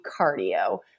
cardio